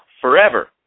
forever